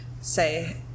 say